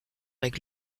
avec